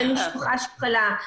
בן משפחה שחלה,